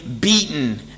beaten